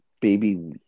baby